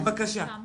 כן, בבקשה.